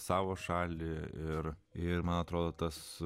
savo šalį ir ir man atrodo tas